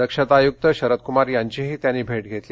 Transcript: दक्षता आयुक्त शरदकुमार यांचीही त्यांनी भेट घेतली